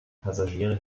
passagiere